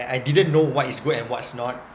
I didn't know what is good and what's not